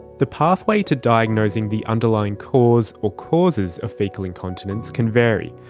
the pathway to diagnosing the underlying cause or causes of faecal incontinence can vary.